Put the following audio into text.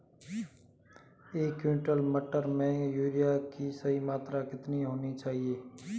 एक क्विंटल मटर में यूरिया की सही मात्रा कितनी होनी चाहिए?